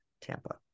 Tampa